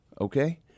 okay